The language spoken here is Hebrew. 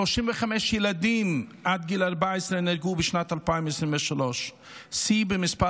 35 ילדים עד גיל 14 נהרגו בשנת 2023 שיא במספר